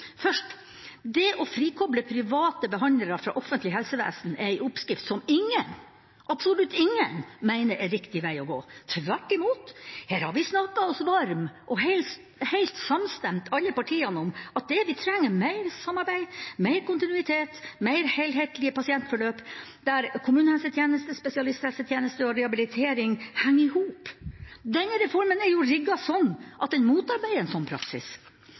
Først: Det å frikoble private behandlere fra offentlig helsevesen er en oppskrift som ingen, absolutt ingen, mener er riktig vei å gå. Tvert imot: Her har vi snakket oss varme, og helt samstemte – alle partiene – om at det vi trenger, er mer samarbeid, mer kontinuitet, mer helhetlige pasientforløp der kommunehelsetjeneste, spesialisthelsetjeneste og rehabilitering henger sammen. Denne reformen er jo rigget sånn at den motarbeider en sånn praksis.